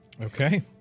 Okay